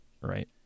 right